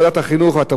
התרבות והספורט,